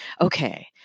Okay